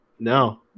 No